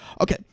Okay